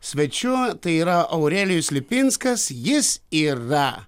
svečiu tai yra aurelijus lipinskas jis yra